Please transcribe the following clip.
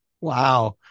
Wow